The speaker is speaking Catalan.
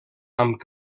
amb